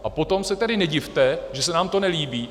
A potom se tedy nedivte, že se nám to nelíbí.